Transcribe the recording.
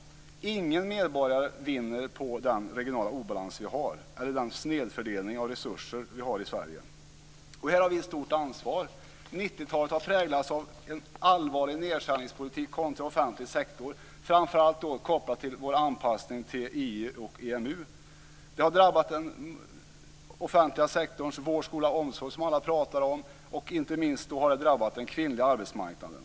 Ingen medborgare vinner på den regionala obalans och den snedfördelning av resurser som vi har i Sverige. Här har vi ett stort ansvar. 90-talet har präglats av en allvarlig nedskärningspolitik riktad mot offentlig sektor, framför allt kopplad till vår anpassning till EU och EMU. Det har drabbat den offentliga sektorn - vård, skola och omsorg,000 som alla talar om - och inte minst har det drabbat den kvinnliga arbetsmarknaden.